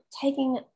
taking